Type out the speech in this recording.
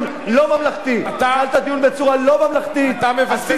זה על חשבון הזמן של חבר הכנסת חסון.